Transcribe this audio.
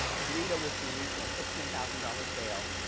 drita was realeased on fifteen thousand dollars bail.